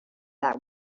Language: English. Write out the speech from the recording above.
that